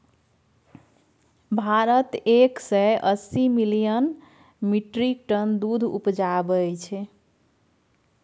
भारत एक सय अस्सी मिलियन मीट्रिक टन दुध उपजाबै छै